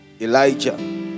Elijah